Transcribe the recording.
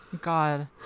God